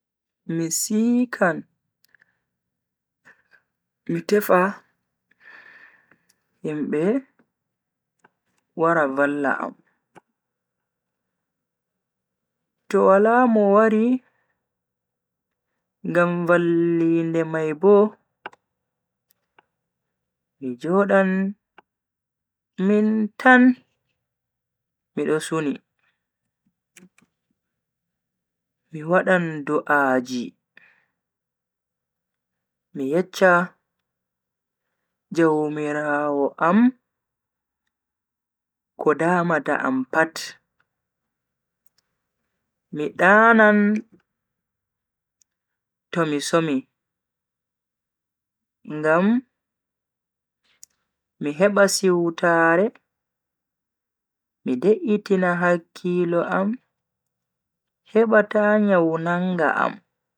Mi siikan mi tefa himbe wara valla am. to wala Mo wari ngam vallinde mai Bo, mi Jodan min tan mido suni. mi wadan du'a ji mi yeccha jaumiraawo am ko damata am pat. mi danan tomi somi ngam MI heba siwtaare mi de'itina hakkilo am heba ta nyawu nanga am.